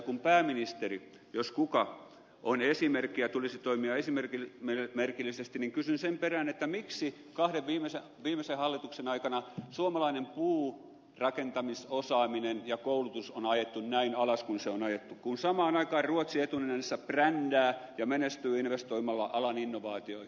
kun pääministeri jos kuka on esimerkki ja hänen tulisi toimia esimerkillisesti niin kysyn sen perään miksi kahden viimeisen hallituksen ai kana suomalainen puurakentamisosaaminen ja koulutus on ajettu näin alas kuin se on ajettu kun samaan aikaan ruotsi etunenässä brändää ja menestyy investoimalla alan innovaatioihin